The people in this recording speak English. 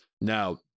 Now